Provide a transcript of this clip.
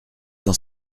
dans